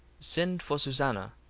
send for susanna,